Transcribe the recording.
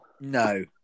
No